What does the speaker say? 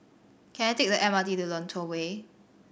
can I take the M R T to Lentor Way